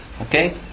okay